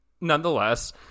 nonetheless